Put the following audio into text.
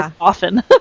often